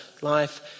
life